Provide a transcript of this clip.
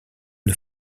une